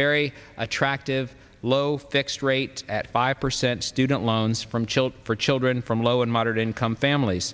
very attractive low fixed rate at five percent student loans from children for children from low and moderate income families